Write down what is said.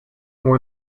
more